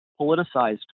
politicized